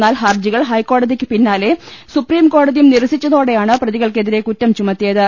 എന്നാൽ ഹർജി കൾ ഹൈക്കോടതിക്ക് പിന്നാലെ സുപ്രീംകോടതിയും നിരസിച്ച തോടെയാണ് പ്രതികൾക്കെതിരെ കുറ്റം ചുമത്തിയത്